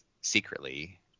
secretly